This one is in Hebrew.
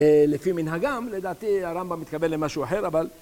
לפי מנהגם, לדעתי הרמב״ם מתכוון למשהו אחר אבל...